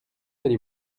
allez